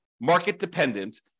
market-dependent